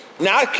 Now